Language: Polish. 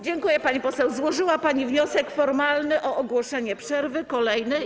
Dziękuję, pani poseł, złożyła pani wniosek formalny o ogłoszenie przerwy, kolejny.